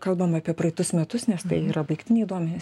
kalbam apie praeitus metus nes tai yra baigtiniai duomenys